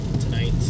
tonight